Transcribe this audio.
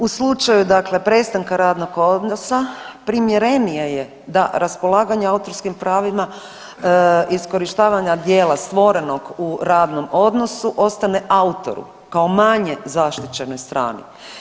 U slučaju dakle prestanka radnog odnosa primjerenije je da raspolaganja autorskim pravima iskorištavanja dijela stvorenog u radnom odnosu ostane autoru kao manje zaštićenoj strani.